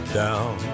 down